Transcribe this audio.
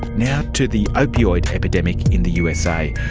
now to the opioid epidemic in the usa.